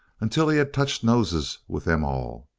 until he had touched noses with them all.